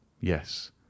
Yes